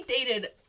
dated